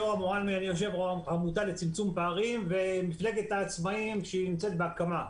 אני יושב-ראש עמותה לצמצום פערים ומפלגת העצמאים שנמצאת בהקמה.